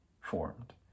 formed